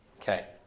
Okay